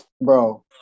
bro